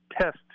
test